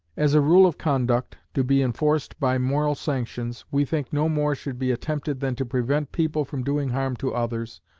as a rule of conduct, to be enforced by moral sanctions, we think no more should be attempted than to prevent people from doing harm to others,